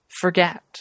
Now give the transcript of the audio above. forget